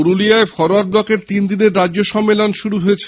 পুরুলিয়ার ফরওয়ার্ড ব্লকের তিনদিনের রাজ্য সম্মেলন শুরু হয়েছে